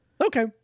Okay